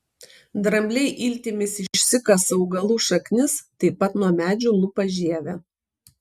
drambliai iltimis išsikasa augalų šaknis taip pat nuo medžių lupa žievę